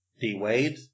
D-Wade